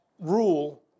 rule